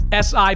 SI